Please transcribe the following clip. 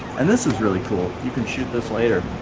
and this is really cool you can shoot this later